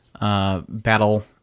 battle